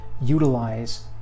utilize